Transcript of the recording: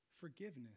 forgiveness